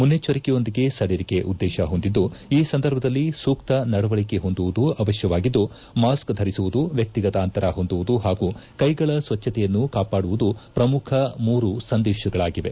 ಮುನ್ನೆಚ್ಚರಿಕೆಯೊಂದಿಗೆ ಸಡಿಲಿಕೆ ಉದ್ದೇಶ ಹೊಂದಿದ್ದು ಈ ಸಂದರ್ಭದಲ್ಲಿ ಸೂಕ್ತ ನಡವಳಿಕೆ ಹೊಂದುವುದು ಅವಶ್ಯವಾಗಿದ್ದು ಮಾಸ್ಕ ಧರಿಸುವುದು ವ್ವತಿಗತ ಅಂತರ ಹೊಂದುವುದು ಪಾಗೂ ಕೈಗಳ ಸ್ವಚ್ಛತೆಯನ್ನು ಕಾಪಾಡುವುದು ಪ್ರಮುಖ ಮೂರು ಸಂದೇಶಗಳಾಗಿವೆ